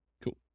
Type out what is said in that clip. Cool